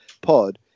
pod